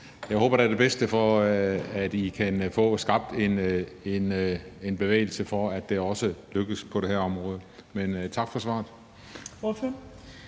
Jeg håber da det bedste, med hensyn til at I kan få skabt en bevægelse i retning af, at det også kan lykkes det her område. Men tak for svaret.